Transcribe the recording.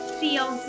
feel